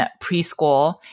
preschool